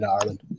Ireland